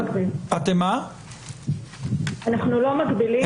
אנחנו לא מגבילים.